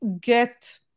get